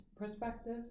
perspective